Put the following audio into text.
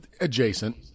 adjacent